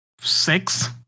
six